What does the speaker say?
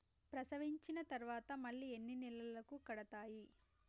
ప్రసవించిన తర్వాత మళ్ళీ ఎన్ని నెలలకు కడతాయి?